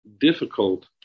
difficult